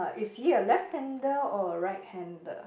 is he a left hander or a right hander